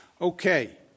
Okay